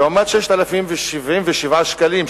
לעומת 6,077 שקלים,